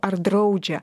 ar draudžia